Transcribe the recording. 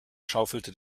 schaufelte